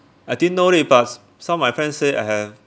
I didn't know it but s~ some of my friend say I have